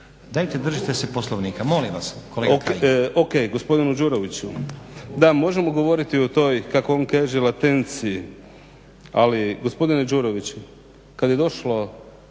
Dajte držite se Poslovnika molim vas kolega Kajin. **Kajin, Damir (Nezavisni)** Ok, gospodinu Đuroviću. Da, možemo govoriti o toj kako on kaže latenciji. Ali gospodine Đurović, kad je došlo